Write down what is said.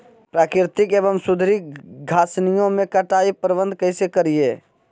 प्राकृतिक एवं सुधरी घासनियों में कटाई प्रबन्ध कैसे करीये?